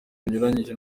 bunyuranyije